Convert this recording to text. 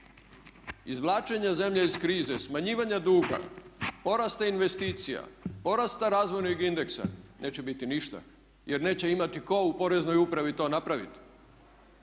izvlačenja zemlje iz krize, smanjivanja duga, porasta investicija, porasta razvojnog indeksa neće biti ništa jer neće imati tko u Poreznoj upravi to napraviti,